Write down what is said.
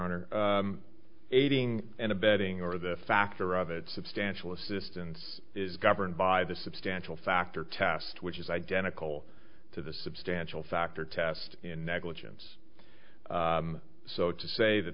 are aiding and abetting or the factor of it substantial assistance is governed by the substantial factor test which is identical to the substantial factor test in negligence so to say that